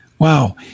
Wow